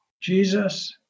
Jesus